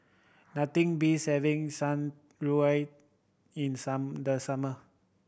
nothing beats having Shan Rui in some the summer